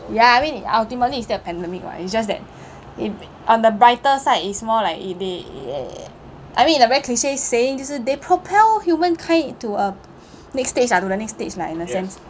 ya I mean ultimately it's still a pandemic [what] it's just that it on a brighter side it's more like if they they I mean in a very cliche saying 就是 they propel humankind into a next stage ah to the next stage lah in a sense